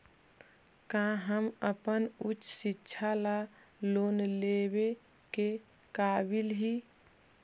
का हम अपन उच्च शिक्षा ला लोन लेवे के काबिल ही?